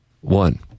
one